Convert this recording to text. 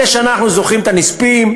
מדי שנה אנחנו זוכרים את הנספים,